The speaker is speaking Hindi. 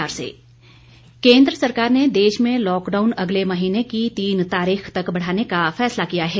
प्रधानमंत्री केन्द्र सरकार ने देश में लॉकडाउन अगले महीने की तीन तारीख तक बढ़ाने का फैसला किया है